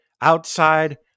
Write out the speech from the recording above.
outside